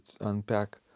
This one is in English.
unpack